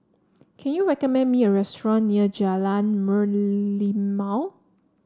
can you recommend me a restaurant near Jalan Merlimau